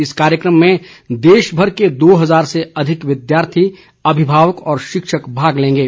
इस कार्यक्रम में देश भर के दो हजार से अधिक विद्यार्थी अभिभावक और शिक्षक भाग लेंगे